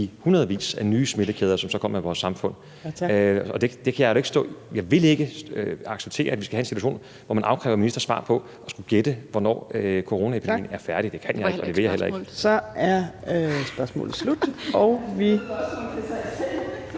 i hundredvis af nye smittekæder, som så kommer i vores samfund. Jeg vil ikke acceptere, at vi skal have en situation, hvor man afkræver en minister svar på at skulle gætte, hvornår coronaepidemien er færdig. Det kan jeg ikke, og det vil jeg heller ikke. (Eva Kjer Hansen (V): Det var